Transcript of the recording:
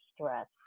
stress